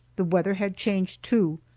the weather had changed, too,